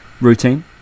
routine